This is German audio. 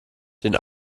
den